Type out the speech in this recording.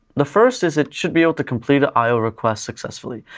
the first is it should be able to complete the io requests successfully.